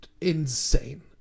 insane